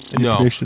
No